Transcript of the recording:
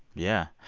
yeah.